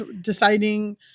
deciding